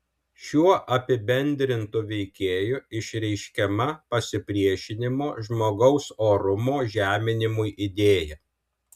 šiuo apibendrintu veikėju išreiškiama pasipriešinimo žmogaus orumo žeminimui idėja